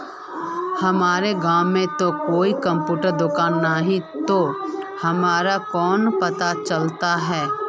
हमर गाँव में ते कोई कंप्यूटर दुकान ने है ते हमरा केना पता चलते है?